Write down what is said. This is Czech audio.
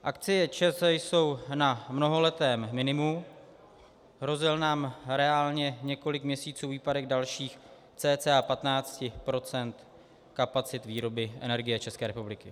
Akcie ČEZ jsou na mnohaletém minimu, hrozil nám reálně několik měsíců výpadek dalších cca 15 % kapacit výroby energie České republiky.